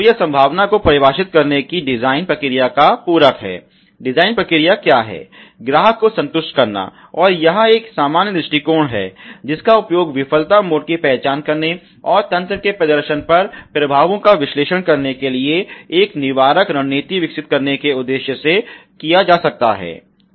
तो यह संभावना को परिभाषित करने की डिजाइन प्रक्रिया का पूरक है डिजाइन प्रक्रिया क्या है ग्राहक को संतुष्ट करना और यह एक सामान्य दृष्टिकोण है जिसका उपयोग विफलता मोड की पहचान करने और तंत्र के प्रदर्शन पर प्रभावों का विश्लेषण करने के लिए एक निवारक रणनीति विकसित करने के उद्देश्य से किया जा सकता है